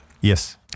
Yes